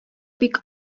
бик